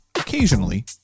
occasionally